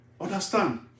understand